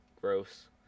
gross